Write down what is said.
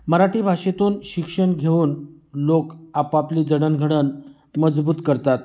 मराठी भाषेतून शिक्षण घेऊन लोक आपापली जडणघडण मजबूत करतात